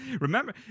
remember